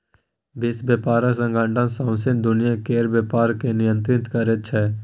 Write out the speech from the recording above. विश्व बेपार संगठन सौंसे दुनियाँ केर बेपार केँ नियंत्रित करै छै